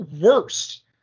worst